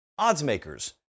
oddsmakers